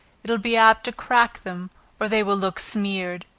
it will be apt to crack them or they will look smeared.